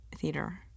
theater